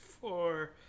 four